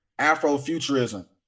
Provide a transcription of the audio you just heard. Afrofuturism